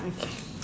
okay